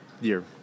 year